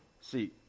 See